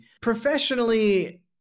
Professionally